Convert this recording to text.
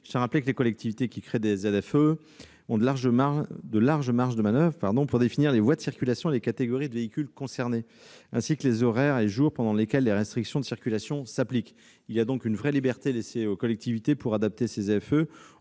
Je tiens à rappeler que les collectivités qui créent des ZFE disposent de larges marges de manoeuvre pour définir les voies de circulation et les catégories de véhicules concernées, ainsi que les horaires et les jours pendant lesquels les restrictions de circulation s'appliquent. Une vraie liberté est donc laissée aux collectivités pour adapter ces ZFE